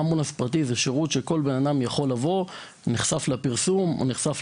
אמבולנס פרטי זה שירות שכל אדם שנחשף לפרסום יכול לקבל.